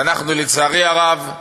ואנחנו, לצערי הרב,